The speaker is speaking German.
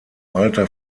alter